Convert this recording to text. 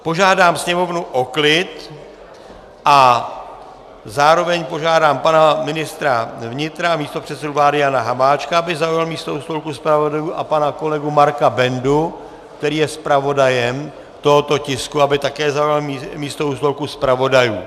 Požádám sněmovnu o klid a zároveň požádám pana ministra vnitra a místopředsedu vlády Jana Hamáčka, aby zaujal místo u stolku zpravodajů, a pana kolegu Marka Bendu, který je zpravodajem tohoto tisku, aby také zaujal místo u stolku zpravodajů.